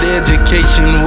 education